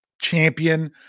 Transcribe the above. champion